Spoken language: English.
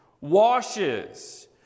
washes